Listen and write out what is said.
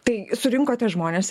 tai surinkote žmones